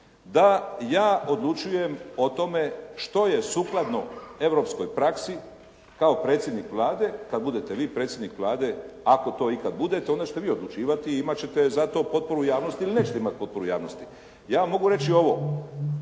da ja odlučujem o tome što je sukladno europskoj praksi kao predsjednik Vlade, kada budete vi predsjednik Vlade, ako to ikada budete, onda ćete vi odlučivati i imat ćete za to potporu javnosti ili nećete imati potporu javnosti. Ja vam mogu reći ovo,